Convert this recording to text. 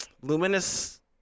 Luminous